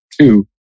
two